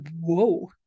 whoa